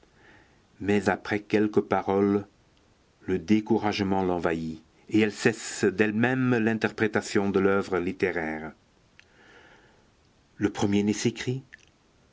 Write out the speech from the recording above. mais après quelques paroles le découragement l'envahit et elle cesse d'elle-même l'interprétation de l'oeuvre littéraire le premier-né s'écrie